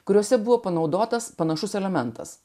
kuriuose buvo panaudotas panašus elementas